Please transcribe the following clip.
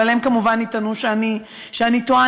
אבל הם כמובן יטענו שאני טועה.